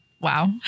Wow